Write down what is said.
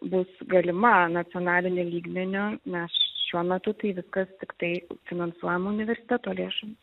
bus galima nacionaliniu lygmeniu nes šiuo metu tai viskas tiktai finansuojama universiteto lėšom